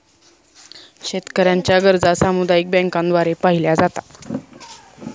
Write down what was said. शेतकऱ्यांच्या गरजा सामुदायिक बँकांद्वारे पाहिल्या जातात